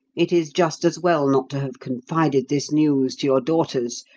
it is just as well not to have confided this news to your daughters,